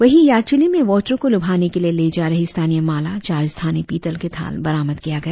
वहीं याचूली में वोटरों को लुभाने के लिए ले जा रहे स्थानीय माला चार स्थानीय पीतल के थाल बरामद किया गया